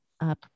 up